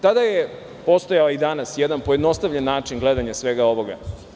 Tada je, a postoji i danas, jedan pojednostavljen način gledanja svega ovoga.